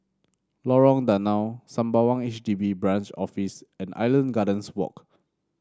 Lorong Danau Sembawang H D B Branch Office and Island Gardens Walk